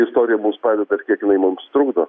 istorija mums padeda ir kiek jinai mums trukdo